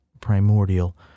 primordial